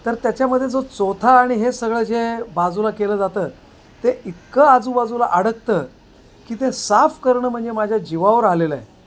तर त्याच्यामध्ये जो चोथा आणि हे सगळं जे बाजूला केलं जातं ते इतकं आजूबाजूला अडकतं की ते साफ करणं म्हणजे माझ्या जीवावर आलेलं आहे